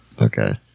Okay